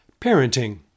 Parenting